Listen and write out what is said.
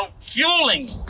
fueling